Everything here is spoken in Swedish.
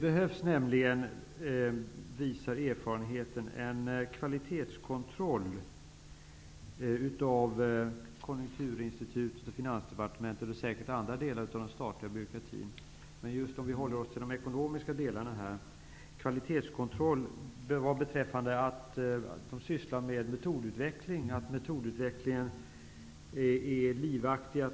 Erfarenheterna visar att det behövs en kvalitetskontroll av Konjunkturinstitutet, Finansdepartementet och säkert andra delar av den statliga byråkratin. m vi håller oss till det ekonomiska delarna innebär kvalitetskontroll att man sysslar med metodutveckling. Man ser till att metodutvecklingen är livaktig.